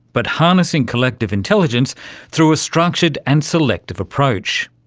but harnessing collective intelligence through a structured and selective approach.